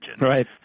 Right